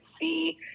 see